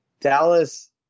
Dallas